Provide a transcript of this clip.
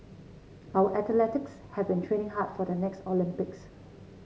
our athletes have been training hard for the next Olympics